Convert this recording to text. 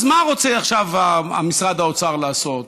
אז מה רוצה עכשיו משרד האוצר לעשות,